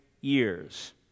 years